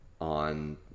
on